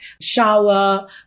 shower